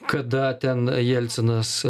kada ten jelcinas